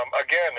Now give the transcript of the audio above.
Again